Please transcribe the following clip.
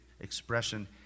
expression